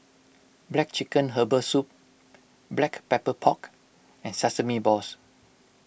Black Chicken Herbal Soup Black Pepper Pork and Sesame Balls